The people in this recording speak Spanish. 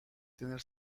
tener